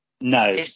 No